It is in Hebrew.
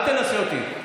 אל תנסה אותי.